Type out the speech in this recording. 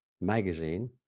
Magazine